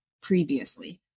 previously